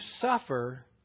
suffer